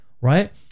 right